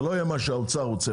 זה לא יהיה לפי מה שהאוצר רוצה,